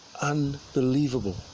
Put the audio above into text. Unbelievable